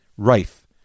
Rife